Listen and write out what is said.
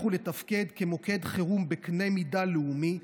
ולתפקד כמוקד חירום בקנה מידה לאומי,